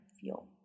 fuel